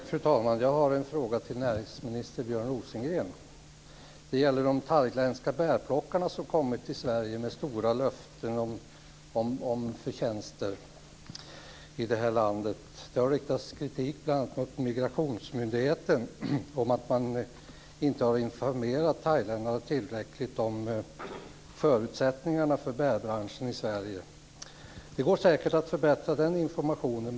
Fru talman! Jag har en fråga till näringsminister Björn Rosengren. Det gäller de thailändska bärplockarna som kommit till Sverige med stora löften om förtjänster i det här landet. Det har riktats kritik bl.a. mot Migrationsmyndigheten för att man inte har informerat thailändarna tillräckligt om förutsättningarna för bärbranschen i Sverige. Det går säkert att förbättra den informationen.